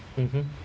mmhmm